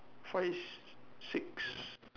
five six